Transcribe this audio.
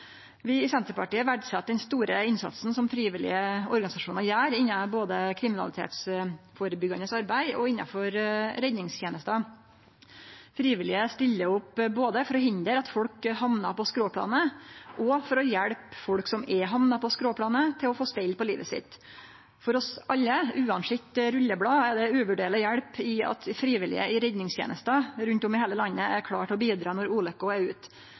Vi i Senterpartiet verdset den store innsatsen som frivillige organisasjonar gjer innan både kriminalitetsførebyggjande arbeid og innanfor redningstenesta. Frivillige stiller opp både for å hindre at folk hamnar på skråplanet, og for å hjelpe folk som har hamna på skråplanet, til å få stell på livet sitt. For oss alle, uansett rulleblad, er det ei uvurderleg hjelp at frivillige i redningstenesta rundt om i heile landet er klare til å bidra når ulukka er